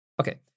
Okay